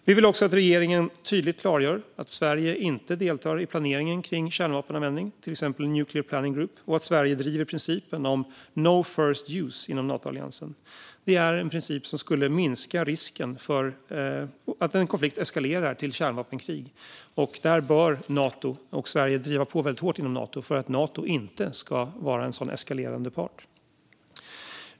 Vi vill också att regeringen tydligt klargör att Sverige inte deltar i planeringen kring kärnvapenanvändning, till exempel i Nuclear Planning Group, och att Sverige driver principen om no first use inom Natoalliansen. Det är en princip som skulle minska risken för att en konflikt eskalerar till kärnvapenkrig. Där bör Nato och Sverige driva på hårt inom Nato för att Nato inte ska vara en sådan eskalerande part.